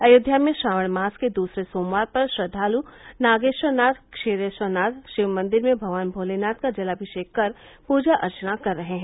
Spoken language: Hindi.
अयोध्या में श्रावण मास के दूसर्र सोमवार पर श्रद्वालु नागेश्वरनाथ क्षीरेश्वरनाथ शिव मंदिर में भगवान भोलेनाथ का जलामिषेक कर पूजा अर्चना कर रहे हैं